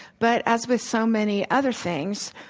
but as with so many other things,